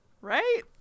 right